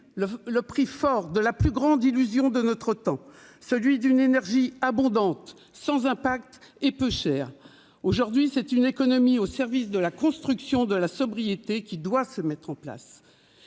le prix fort de la plus grande illusion de notre temps, celle d'une énergie abondante, sans impact et bon marché. Aujourd'hui, c'est une économie au service de la construction de la sobriété qui doit se mettre en place.